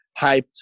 hyped